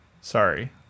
Sorry